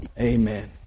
amen